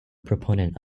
proponent